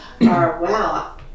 Wow